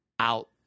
out